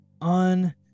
on